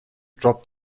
dropped